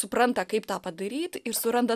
supranta kaip tą padaryt ir suranda